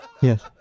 Yes